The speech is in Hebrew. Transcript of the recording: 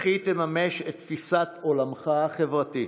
וכי תממש את תפיסת עולמך החברתית,